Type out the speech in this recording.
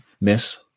miss